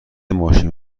ماشین